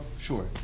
Sure